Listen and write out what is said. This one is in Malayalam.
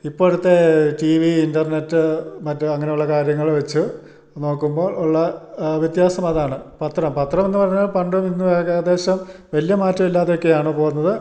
ഇപ്പോഴത്തെ ടിവി ഇൻറ്റർനെറ്റ് മറ്റു അങ്ങനെയുള്ള കാര്യങ്ങൾ വച്ചു നോക്കുമ്പോൾ ഉള്ള വ്യത്യാസം അതാണ് പത്രം പത്രം എന്നു പറഞ്ഞാൽ പണ്ടും ഇന്നും ഒക്കെ ഏകദേശം വലിയ മാറ്റം ഇല്ലാതൊക്കെയാണ് പോകുന്നത്